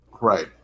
Right